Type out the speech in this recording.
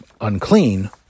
unclean